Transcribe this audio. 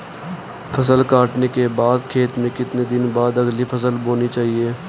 फसल काटने के बाद खेत में कितने दिन बाद अगली फसल बोनी चाहिये?